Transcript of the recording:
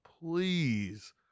please